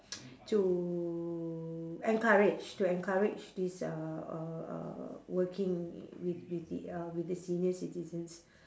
to encourage to encourage this uh uh uh working with with the uh with the senior citizens